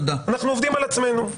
אנחנו עובדים על עצמנו.